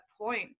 point